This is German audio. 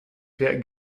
per